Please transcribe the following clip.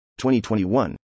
2021